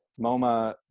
MoMA